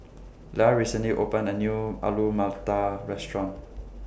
Lia recently opened A New Alu Matar Restaurant